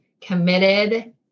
committed